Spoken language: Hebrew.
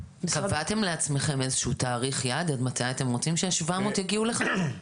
קבעתם לעצמכם איזה שהוא תאריך יעד עד מתי אתם רוצים שה-700 יגיעו לכאן?